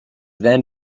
then